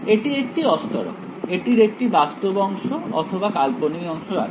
এটি একটি অস্তরক এটির একটি বাস্তব অংশ অথবা কাল্পনিক অংশ আছে